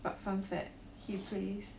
but fun fact he plays